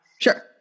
Sure